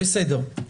בסדר.